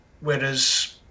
Whereas